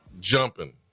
jumping